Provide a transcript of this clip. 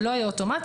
זה לא יהיה אוטומטי,